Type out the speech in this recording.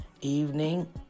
evening